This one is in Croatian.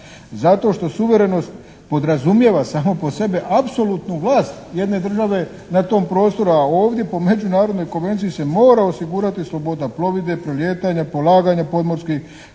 Zato što suverenost podrazumijeva samo pod sebe apsolutno vlast jedne države na tom prostoru, a ovdje po međunarodnoj konvenciji se mora osigurati sloboda plovidbe, prelijetanja, polaganja podmorskih